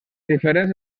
diferents